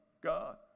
God